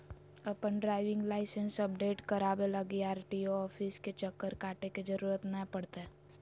अपन driving license update कराबे लगी आर.टी.ओ ऑफिस के चक्कर काटे के जरूरत नै पड़तैय